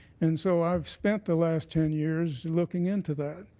and so i've spent the last ten years looking into that.